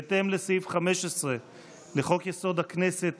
בהתאם לסעיף 15 לחוק-יסוד: הכנסת